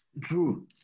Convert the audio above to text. True